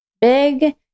big